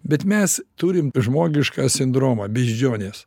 bet mes turim žmogišką sindromą beždžionės